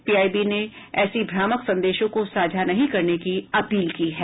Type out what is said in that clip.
PIB ने ऐसी भ्रामक संदेशों को साझा नहीं करने की अपील की है